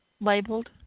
labeled